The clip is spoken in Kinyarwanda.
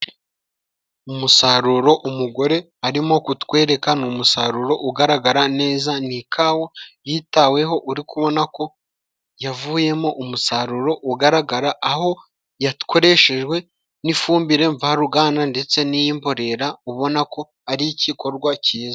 Umusaruro umugore arimo kutweka, ni umusaruro ugaragara neza, ni ikawa yitaweho uri kubona ko yavuyemo umusaruro ugaragara, aho yakoreshejwe n'ifumbire mvaruganda ndetse n'imborera ubona ko ari igikorwa cyiza.